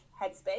headspace